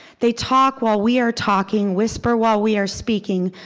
they talk while we are talking, whisper while we are speaking,